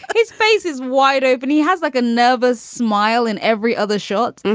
his face is wide open he has like a nervous smile and every other shot.